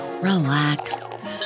relax